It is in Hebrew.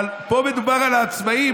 אבל פה מדובר על העצמאים,